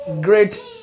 great